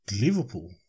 Liverpool